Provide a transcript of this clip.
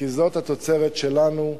כי זאת התוצרת שלנו,